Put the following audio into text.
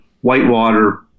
whitewater